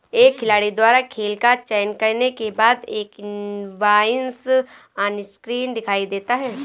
एक खिलाड़ी द्वारा खेल का चयन करने के बाद, एक इनवॉइस ऑनस्क्रीन दिखाई देता है